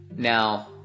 Now